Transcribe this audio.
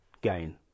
gain